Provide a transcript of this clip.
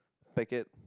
packet